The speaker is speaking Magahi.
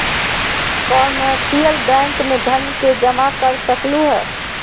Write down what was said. कमर्शियल बैंक में धन के जमा कर सकलु हें